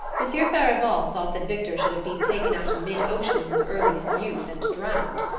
monsieur farival thought that victor should have been taken out in mid-ocean in his earliest youth and drowned.